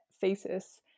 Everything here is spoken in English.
thesis